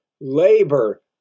labor